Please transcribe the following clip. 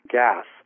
gas